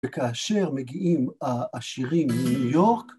וכאשר מגיעים העשירים מניו יורק